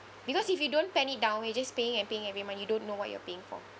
because if you don't pen it down you're just paying and paying every month you don't know what you're paying for